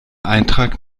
eintrag